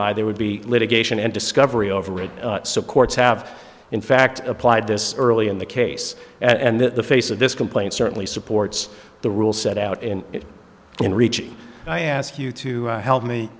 by there would be litigation and discovery overrate courts have in fact applied this early in the case and that the face of this complaint certainly supports the rule set out in it in ricci and i ask you to help me